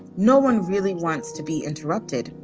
no one really wants to be interrupted.